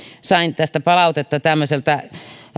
sain tästä palautetta tämmöiseltä